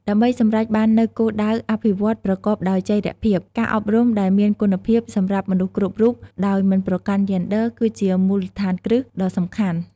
ដើម្បីសម្រេចបាននូវគោលដៅអភិវឌ្ឍន៍ប្រកបដោយចីរភាព ការអប់រំដែលមានគុណភាពសម្រាប់មនុស្សគ្រប់រូបដោយមិនប្រកាន់យេនឌ័រ គឺជាមូលដ្ឋានគ្រឹះដ៏សំខាន់។